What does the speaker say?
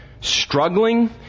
struggling